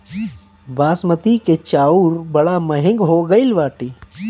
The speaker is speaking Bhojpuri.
बासमती के चाऊर बड़ा महंग हो गईल बाटे